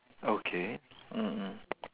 okay mm mm